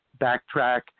backtrack